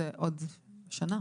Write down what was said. וואו, זה עוד שנה.